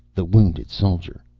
the wounded soldier.